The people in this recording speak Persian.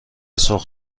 سرخ